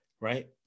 right